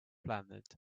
planet